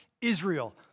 Israel